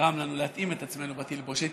גרם לנו להתאים את עצמנו בתלבושת.